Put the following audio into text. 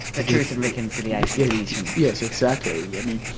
the truth and reconciliation commission? yes, exactly. i mean,